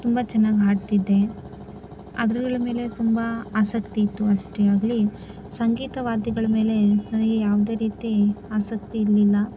ತುಂಬ ಚೆನ್ನಾಗಿ ಹಾಡ್ತಿದ್ದೆ ಅದರಲ್ಲೂ ಮೇಲೆ ತುಂಬ ಆಸಕ್ತಿ ಇತ್ತು ಅಷ್ಟೆ ಆಗ್ಲಿ ಸಂಗೀತ ವಾದ್ಯಗಳ ಮೇಲೆ ನನಗೆ ಯಾವುದೇ ರೀತಿ ಆಸಕ್ತಿ ಇರಲಿಲ್ಲ